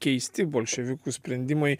keisti bolševikų sprendimai